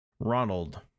Ronald